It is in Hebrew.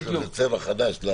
צריך לתו צבע חדש.